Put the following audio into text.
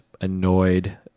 annoyed